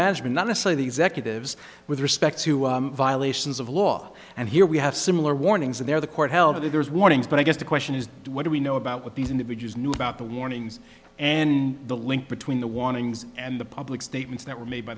management not to say the executives with respect to violations of law and here we have similar warnings that there the court held that there's warnings but i guess the question is what do we know about what these individuals knew about the warnings and the link between the warnings and the public statements that were made by